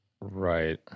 Right